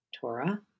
Torah